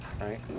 right